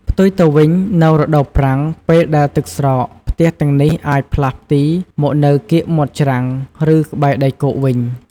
ផ្ទុយទៅវិញ នៅរដូវប្រាំង ពេលដែលទឹកស្រក ផ្ទះទាំងនេះអាចផ្លាស់ទីមកនៅកៀកមាត់ច្រាំង ឬក្បែរដីគោកវិញ។